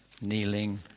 kneeling